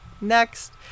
next